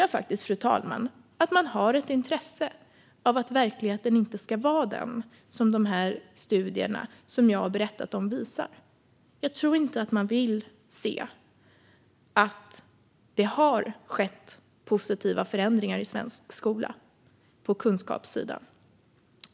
Jag tror faktiskt också att man har ett intresse av att verkligheten inte ska vara den som studierna jag har berättat om visar. Jag tror inte att man vill se att det i svensk skola har skett positiva förändringar på kunskapssidan.